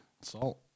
salt